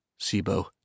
Sibo